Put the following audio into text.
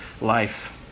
life